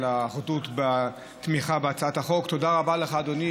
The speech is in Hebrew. על האחדות והתמיכה בהצעת החוק.